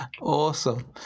Awesome